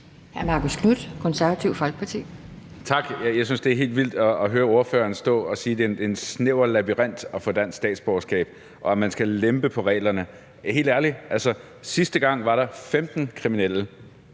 12:58 Marcus Knuth (KF): Tak. Jeg synes, det er helt vildt at høre ordføreren stå og sige, at det er en snæver labyrint man skal igennem for at få dansk statsborgerskab, og at der skal lempes på reglerne. Helt ærligt, sidste gang var der 15 kriminelle,